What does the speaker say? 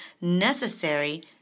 necessary